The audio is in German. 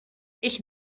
ich